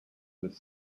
this